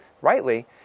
rightly